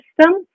system